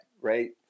right